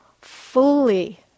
fully